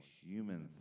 human